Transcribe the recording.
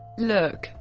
look,